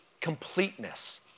completeness